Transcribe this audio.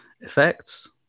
effects